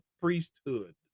priesthood